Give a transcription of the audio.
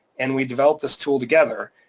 and we developed this tool together,